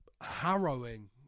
harrowing